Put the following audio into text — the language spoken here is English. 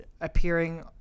appearing